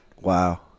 Wow